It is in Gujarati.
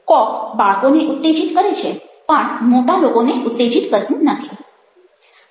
કોક બાળકોને ઉત્તેજિત કરે છે પરંતુ મોટાં લોકોને ઉત્તેજિત કરતું નથી